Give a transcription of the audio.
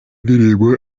ndirimbo